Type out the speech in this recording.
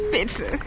Bitte